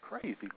crazy